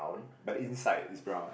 but inside is brown